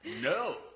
No